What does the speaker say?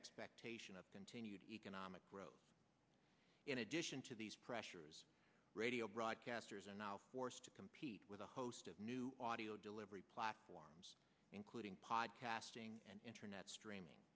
expectation of continued economic growth in addition to these pressures radio broadcasters are now forced to compete with a host of new audio delivery platforms including podcasting and internet streaming